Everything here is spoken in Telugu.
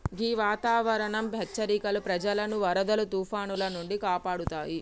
గీ వాతావరనం హెచ్చరికలు ప్రజలను వరదలు తుఫానాల నుండి కాపాడుతాయి